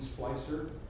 Splicer